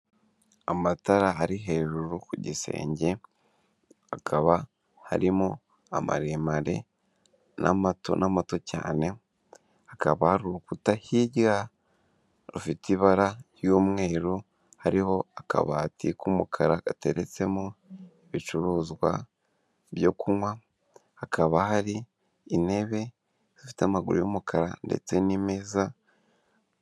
Amatara ari hejuru ku gisenge, hakaba harimo amaremare n'amato, n'amato cyane, hakaba hari urukuta hirya rufite ibara ry'umweru, hariho akabati k'umukara kateretsemo ibicuruzwa byo kunywa, hakaba hari intebe zifite amaguru y'umukara ndetse n'imeza.